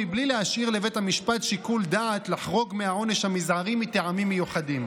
מבלי להשאיר לבית המשפט שיקול דעת לחרוג מהעונש המזערי מטעמים מיוחדים.